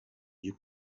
you